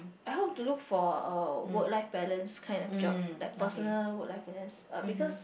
I hope to look for uh work life balance kind of job like personal work life balance uh because